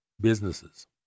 businesses